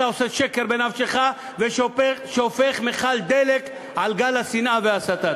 אתה עושה שקר בעצמך ושופך מכל דלק על גל השנאה וההסתה.